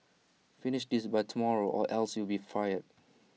finish this by tomorrow or else you'll be fired